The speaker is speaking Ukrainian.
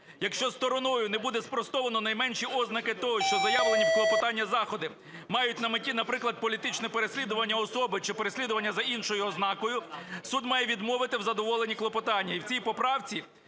Якщо стороною не буде спростовано найменші ознаки того, що заявлені в клопотанні заходи мають на меті, наприклад, політичне переслідування особи чи переслідування за іншою ознакою, суд має відмовити в задоволенні клопотання.